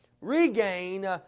regain